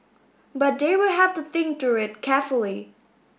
but they will have to think through it carefully